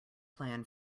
plan